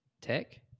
tech